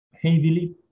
heavily